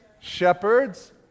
shepherds